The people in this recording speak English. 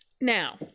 Now